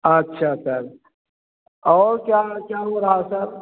अच्छा सर और क्या क्या हो रहा सर